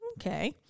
okay